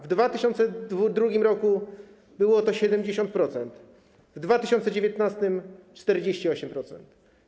W 2002 r. było to 70%, w 2019 r. - 48%.